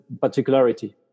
particularity